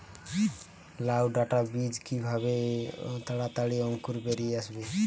লাউ ডাটা বীজ কিভাবে তাড়াতাড়ি অঙ্কুর বেরিয়ে আসবে?